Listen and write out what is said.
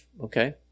okay